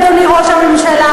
אדוני ראש הממשלה.